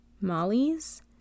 Molly's